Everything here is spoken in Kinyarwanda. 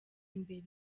imbere